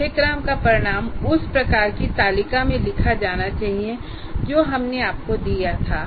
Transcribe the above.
पाठ्यक्रम का परिणाम उस प्रकार की तालिका में लिखा जाना चाहिए जो हमने आपको दिया था